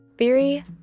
Theory